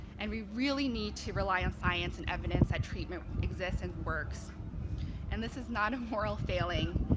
and we really need to rely on science and evidence that treatment exists and works and this is not a moral failing.